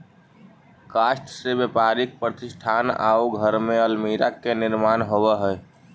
काष्ठ से व्यापारिक प्रतिष्ठान आउ घर में अल्मीरा के निर्माण होवऽ हई